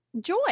joy